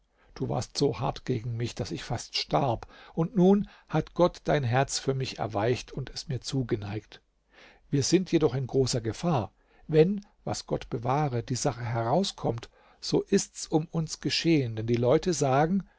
du warst so hart gegen mich daß ich fast starb und nun hat gott dein herz für mich erweicht und es mir zugeneigt wir sind jedoch in großer gefahr wenn was gott bewahre die sache herauskommt so ist's um uns geschehen denn die leute sagen